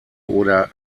oder